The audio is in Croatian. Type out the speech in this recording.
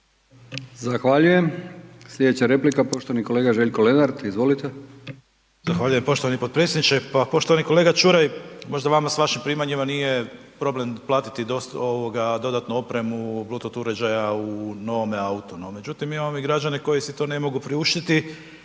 Zahvaljujem. Slijedeća replika poštovani kolega Željko Lenart, izvolite. **Lenart, Željko (HSS)** Zahvaljujem poštovani potpredsjedniče. Pa poštovani kolega Čuraj, možda vama s vašim primanjima nije problem platiti dodatnu opremu u Bleutooth uređaja u novom autu, no međutim mi imamo ovdje građane koji si to ne mogu priuštiti,